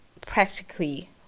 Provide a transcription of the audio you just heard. practically